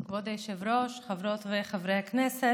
כבוד היושב-ראש, חברות וחברי הכנסת,